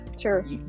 Sure